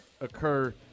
occur